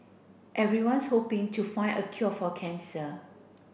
everyone's hoping to find a cure for cancer